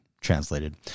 translated